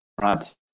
right